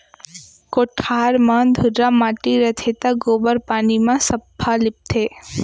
कोठार म धुर्रा माटी रथे त गोबर पानी म सफ्फा लीपथें